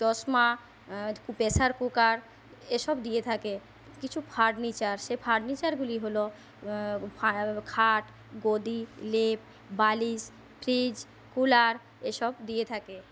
চশমা pressure cooker এসব দিয়ে থাকে কিছু ফার্নিচার সে ফার্নিচারগুলি হল ফা খাট গদি লেপ বালিশ ফ্রিজ কুলার এসব দিয়ে থাকে